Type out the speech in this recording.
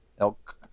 elk